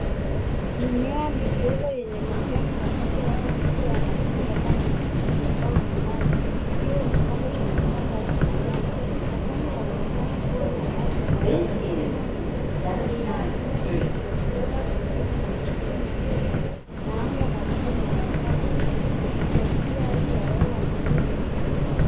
Mimea midogo yenye majani mabichi labda miche ya matunda kama machungwa au limau ikiwa imepandwa kwenye shamba au bustani. Majani yanaonekana kuwa na afya na yamechanua vizuri. Nyuma ya miche hiyo kuna kichaka vingine na miti mikubwa na anga la bluu linaonekana juu likiashiria hali ya hewa nzuri na jua.